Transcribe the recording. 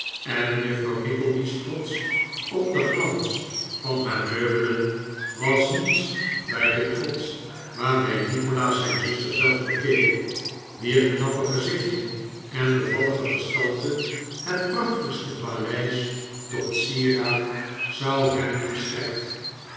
en juffrouw nickleby's trots op den glans van haar meubelen was niets bij den trots waarmee nikolaas zijn zuster zelf bekeek wier knappe gezichtje en bevallige gestalte het prachtig'ste paleis tot sieraad zouden hebben gestrekt